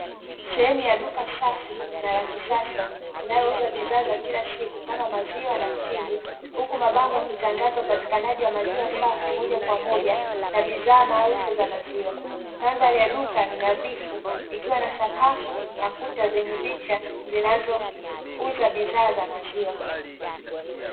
Sehemu ya duka safi na la kisasa, linalouza bidhaa za kila siku kama maziwa na mtindi, huku mabango yakitangaza upatikanaji wa maziwa safi moja kwa moja na bidhaa maarufu za maziwa. Mandhari ya duka ni nadhifu, ikiwa na sakafu na kuta zenye picha zinazouza bidhaa za maziwa.